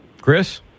Chris